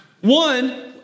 One